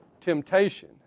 temptation